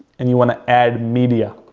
and you want to add media.